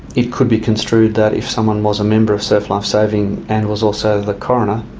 it could be construed that if someone was a member of surf lifesaving and was also the coroner,